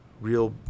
real